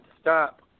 stop